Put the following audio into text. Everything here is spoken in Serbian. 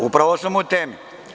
Upravo sam u temi.